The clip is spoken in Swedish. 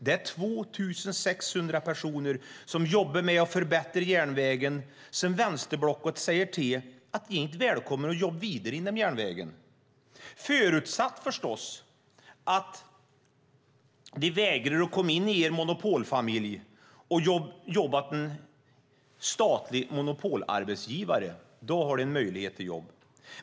Det är 2 600 personer som jobbar med att förbättra järnvägen som vänsterblocket säger inte är välkomna att jobba vidare inom järnvägen - förutsatt förstås att de vägrar att komma in i er monopolfamilj och jobba åt en statlig monopolarbetsgivare, för då har de möjlighet till jobb.